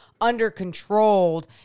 under-controlled